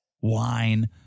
wine